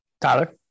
Tyler